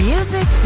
Music